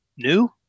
new